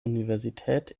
universität